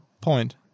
point